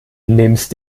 nimmst